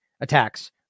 attacks